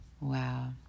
Wow